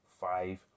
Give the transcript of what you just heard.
five